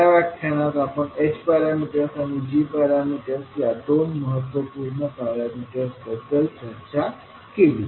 या व्याख्यानात आपण h पॅरामीटर्स आणि g पॅरामीटर्स या दोन महत्त्वपूर्ण पॅरामीटर्स बद्दल चर्चा केली